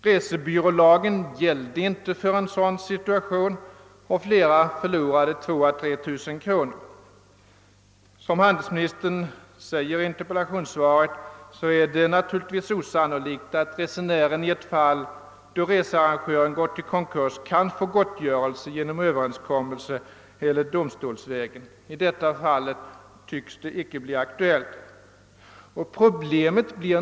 Resebyrålagen gällde inte för en sådan situation, och flera förlorade 2000 å 3000 kronor. Som handelsministern säger i interpellationssvaret, är det naturligtvis osannolikt att resenären i ett fall då researrangören gjort konkurs kan få gottgörelse genom Ööverenskommelse eller domstolsvägen. I det aktuella fallet tycks det alltså icke vara möjligt med en gottgörelse.